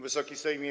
Wysoki Sejmie!